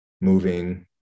moving